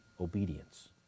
obedience